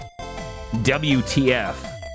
WTF